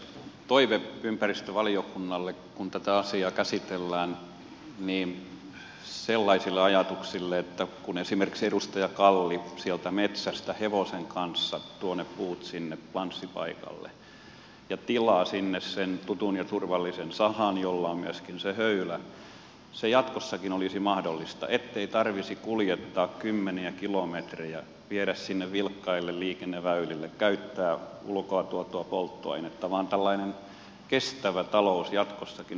toive ympäristövaliokunnalle kun tätä asiaa käsitellään sellaisille ajatuksille että kun esimerkiksi edustaja kalli sieltä metsästä hevosen kanssa tuo ne puut sinne lanssipaikalle ja tilaa sinne sen tutun ja turvallisen sahan jolla on myöskin se höylä se jatkossakin olisi mahdollista niin ettei tarvitsisi kuljettaa kymmeniä kilometrejä viedä sinne vilkkaille liikenneväylille käyttää ulkoa tuotua polttoainetta vaan tällainen kestävä talous jatkossakin olisi mahdollista